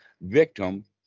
victim